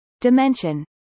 Dimension